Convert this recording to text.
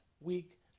week